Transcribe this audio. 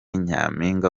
nyampinga